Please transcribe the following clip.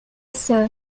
sœur